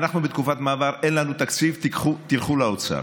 אנחנו בתקופת מעבר, אין לנו תקציב, תלכו לאוצר.